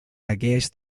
hagués